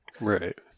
Right